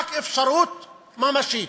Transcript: רק אפשרות ממשית.